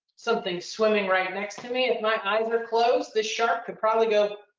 something swimming right next to me, if my eyes are closed, the shark could probably go,